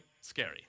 scary